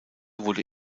wurde